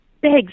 begs